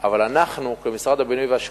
אבל אנחנו כמשרד הבינוי והשיכון,